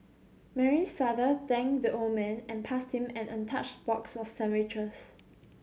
Mary's father thanked the old man and passed him an untouched box of sandwiches